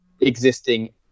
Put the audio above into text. existing